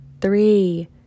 three